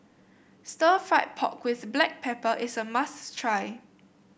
Stir Fried Pork with Black Pepper is a must try